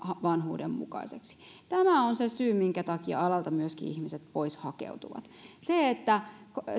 vanhuuden mukaiseksi tämä on se syy minkä takia alalta ihmiset myöskin pois hakeutuvat